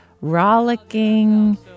rollicking